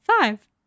Five